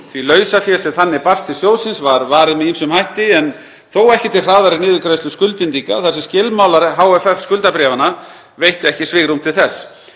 Því lausafé sem þannig barst til sjóðsins var varið með ýmsum hætti, en þó ekki til hraðari niðurgreiðslu skuldbindinga þar sem skilmálar HFF skuldabréfanna veittu ekki svigrúm til þess.